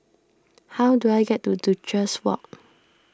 how do I get to Duchess Walk